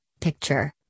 picture